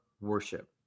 worship